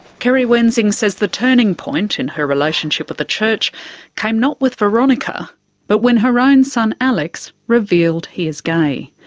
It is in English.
kerry wensing says the turning point in her relationship with the church came not with veronica but when her own son, alex, revealed he is gay.